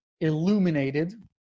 Illuminated